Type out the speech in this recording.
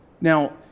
Now